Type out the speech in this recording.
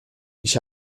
ich